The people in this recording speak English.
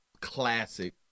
classic